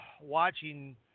watching